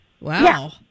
Wow